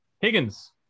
Higgins